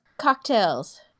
Cocktails